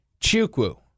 Chukwu